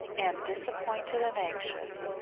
and disappointed and anxious,